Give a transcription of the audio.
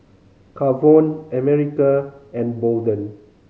Kavon America and Bolden